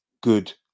good